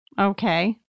Okay